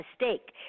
mistake